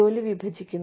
ജോലി വിഭജിക്കുന്നു